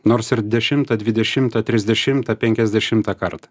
nors ir dešimtą dvidešimtą trisdešimtą penkiasdešimtą kartą